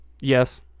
Yes